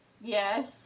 Yes